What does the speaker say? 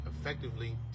effectively